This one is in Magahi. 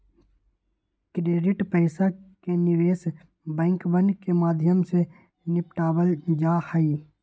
क्रेडिट पैसा के निवेश बैंकवन के माध्यम से निपटावल जाहई